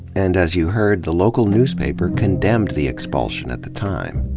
and, as you heard, the local newspaper condemned the expulsion at the time.